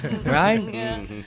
Right